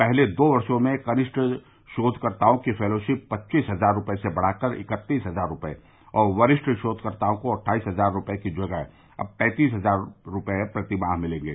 पहले दो वर्षों में कनिष्ठ शोधकर्ताओं की फेलोशिप पच्चीस हजार रुपये से बढ़ाकर इक्कतीस हजार रुपये और वरिष्ठ शोधकर्ताओं को अट्ठाईस हजार रुपये की जगह अब पैंतीस हजार रुपये प्रतिमाह मिलेंगे